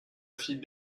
fille